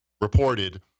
reported